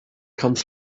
comes